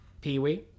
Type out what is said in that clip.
pee-wee